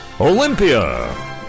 Olympia